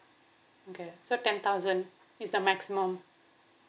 okay so ten thousand is the maximum